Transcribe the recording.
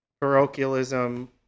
parochialism